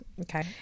okay